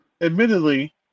admittedly